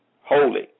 Holy